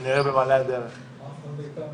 עירית וייסבלום